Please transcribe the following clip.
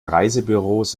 reisebüros